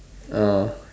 ah